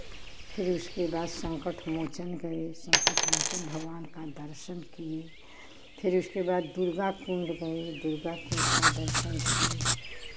फिर उसके बाद संकट मोचन गए संकट मोचन भगवान का दर्शन किए फिर उसके बाद दुर्गा कुंड गए दुर्गा कुंड का दर्शन किए